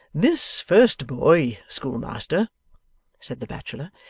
this first boy, schoolmaster said the bachelor,